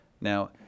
Now